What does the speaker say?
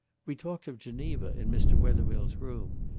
we talked of geneva in mr. wethermill's room,